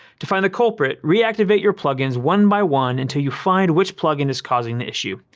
to find the culprit, reactivate your plugins one by one until you find which plugin is causing the issue.